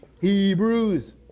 Hebrews